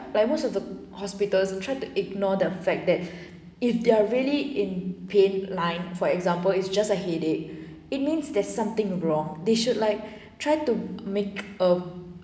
like most of the hospitals try to ignore the fact that if they're really in pain line for example is just a headache it means there's something wrong they should like try to make a